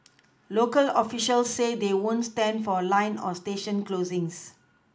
local officials say they won't stand for line or station closings